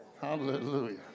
Hallelujah